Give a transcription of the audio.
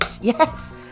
Yes